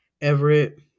Everett